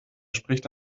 spricht